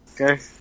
Okay